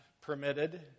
permitted